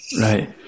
Right